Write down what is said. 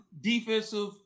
defensive